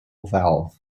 valve